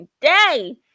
day